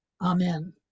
Amen